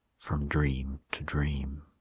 from dream to dream.